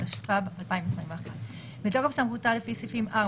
התשפ"ב 2021 בתוקף סמכותה לפי סעיפים 4,